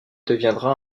deviendra